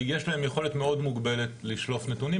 יש להם יכולת מאוד מוגבלת לשלוף נתונים.